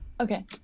okay